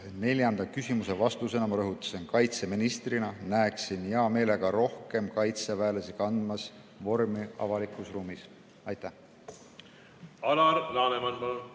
neljanda küsimuse vastuses ma rõhutasin: kaitseministrina näeksin hea meelega rohkem kaitseväelasi kandmas avalikus ruumis vormi. Alar Laneman,